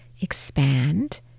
expand